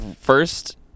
first